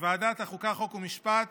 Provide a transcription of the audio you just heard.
מוועדת החוקה, חוק ומשפט